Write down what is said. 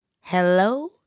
Hello